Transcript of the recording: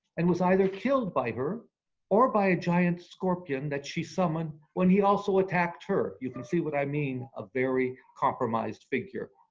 and was either killed by her or by a giant scorpion that she summoned when he also attacked her. you can see what i mean, a very compromised figure.